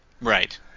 Right